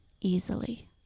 easily